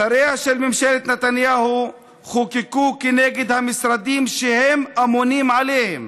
שריה של ממשלת נתניהו חוקקו כנגד המשרדים שהם אמונים עליהם: